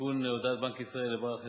להודעת בנק ישראל לבעל חשבון.